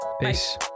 Peace